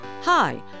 Hi